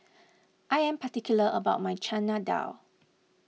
I am particular about my Chana Dal